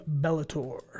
Bellator